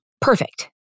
perfect